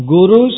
Guru